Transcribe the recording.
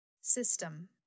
System